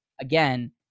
again